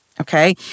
Okay